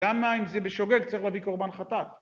למה אם זה בשוגג צריך להביא קורבן חטאת?